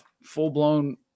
full-blown